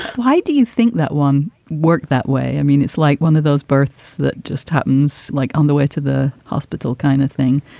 why do you think that one worked that way? i mean, it's like one of those births that just happens, like on the way to the hospital kind of thing.